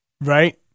Right